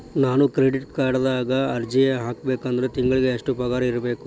ನಾನು ಕ್ರೆಡಿಟ್ ಕಾರ್ಡ್ಗೆ ಅರ್ಜಿ ಹಾಕ್ಬೇಕಂದ್ರ ತಿಂಗಳಿಗೆ ಎಷ್ಟ ಪಗಾರ್ ಇರ್ಬೆಕ್ರಿ?